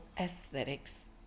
aesthetics